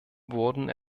wurden